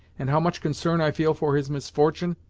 and how much concern i feel for his misfortune?